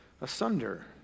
asunder